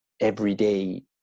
everyday